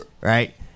right